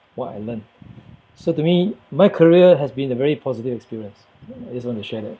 what I learnt so to me my career has been a very positive experience I just want to share that